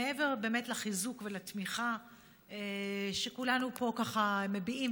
מעבר באמת לחיזוק ולתמיכה שכולנו מביעים,